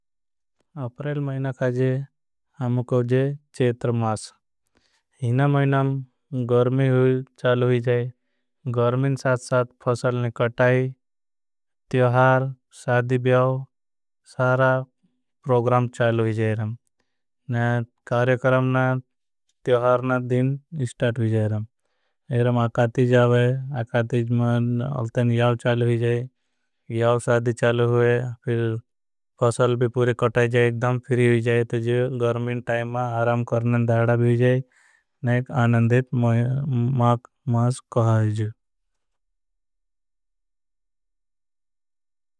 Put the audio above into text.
अप्रैल मैना का जे हमको जे चैत्र मास। इन महीना गर्मी चालू ही जाए साथ। साथ फोसलने कटाई साधी बियाव। सारा प्रोग्राम चालू ही जाएरं त्योहारना। दिन स्टाट ही जाएरं आकातिज जाए। आकातिज मां अलतेन याव चालू ही जाए। साधी चालू हुए फिर फोसल भी पूरे कटाई। जाए एकदम फीरी हुई जाए जो गर्मीन। टाइम मां आराम करनन दहरा भी हुई जाए। एक आननदित मास कहा है।